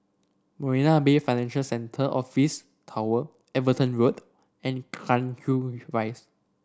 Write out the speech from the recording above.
Marina Bay Financial Centre Office Tower Everton Road and Cairnhill Rise